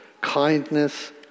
kindness